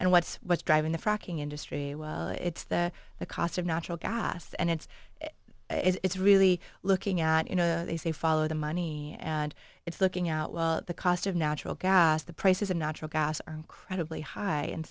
and what's what's driving the fracking industry it's the the cost of natural gas and it's it's really looking at you know they say follow the money and it's looking out well the cost of natural gas the prices of natural gas are incredibly high in